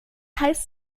heißt